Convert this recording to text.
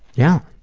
yeah.